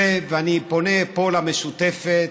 ואני פונה פה למשותפת,